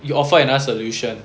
you offer another solution